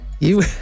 You